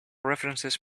references